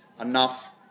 enough